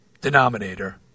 denominator